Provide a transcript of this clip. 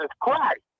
Christ